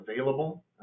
available